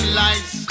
lies